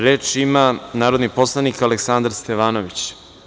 Reč ima narodni poslanik Aleksandar Stevanović.